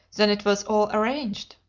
then it was all arranged?